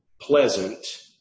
pleasant